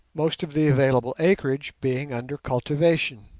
most of the available acreage being under cultivation.